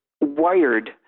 wired